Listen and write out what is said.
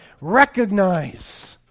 recognize